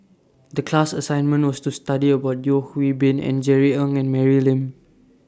The class assignment was to study about Yeo Hwee Bin and Jerry Ng and Mary Lim